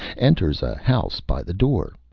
enters a house by the door,